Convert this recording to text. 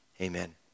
amen